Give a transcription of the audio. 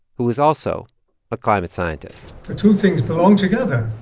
who is also a climate scientist the two things belong together.